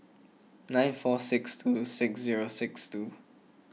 nine four six two six zero six two